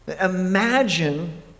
Imagine